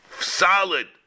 solid